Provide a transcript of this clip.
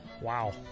Wow